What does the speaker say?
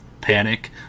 panic